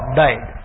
died